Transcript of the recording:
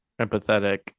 empathetic